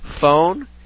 phone